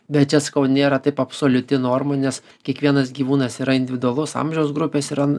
bet čia sakau nėra taip absoliuti norma nes kiekvienas gyvūnas yra individualus amžiaus grupės yra